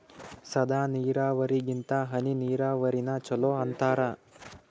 ಸಾದ ನೀರಾವರಿಗಿಂತ ಹನಿ ನೀರಾವರಿನ ಚಲೋ ಅಂತಾರ